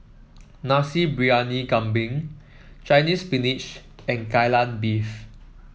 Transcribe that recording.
Nasi Briyani Kambing Chinese Spinach and Kai Lan Beef